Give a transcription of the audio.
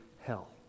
hell